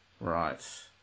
Right